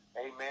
Amen